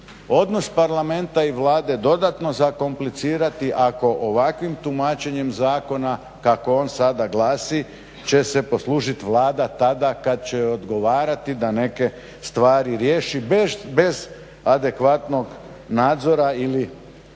odnos parlamenta i Vlade dodatno zakomplicirati ako ovakvih tumačenjem zakona kako on sada glasi će se poslužiti Vlada tada kada će joj odgovarati da neke stvari riješi bez adekvatnog nadzora ili